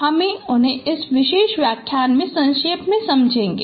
हम उन्हें इस विशेष व्याख्यान में संक्षेप में समझेगे